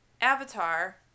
avatar